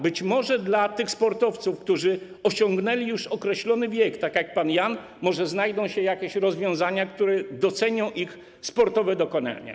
Być może dla tych sportowców, którzy osiągnęli już określony wiek, tak jak pan Jan, znajdą się jakieś rozwiązania, które docenią ich sportowe dokonania.